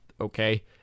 Okay